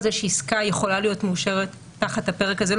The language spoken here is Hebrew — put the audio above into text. זה שעסקה יכולה להיות מאושרת תחת הפרק הזה,